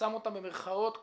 מה שקורה בשנים האחרונות כאן,